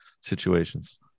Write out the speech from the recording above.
situations